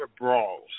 brawls